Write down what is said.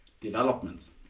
developments